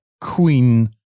queen